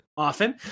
often